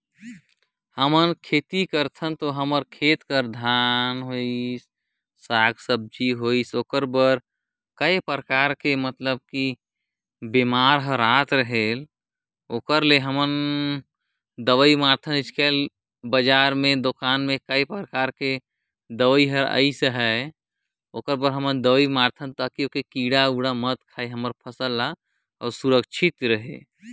फसल मे किसिम किसिम के बेमारी आथे तेखर दवई आये गईस हे